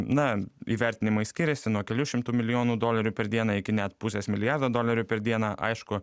na įvertinimai skiriasi nuo kelių šimtų milijonų dolerių per dieną iki net pusės milijardo dolerių per dieną aišku